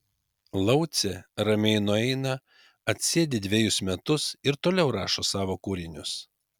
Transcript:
laucė ramiai nueina atsėdi dvejus metus ir toliau rašo savo kūrinius